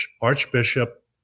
Archbishop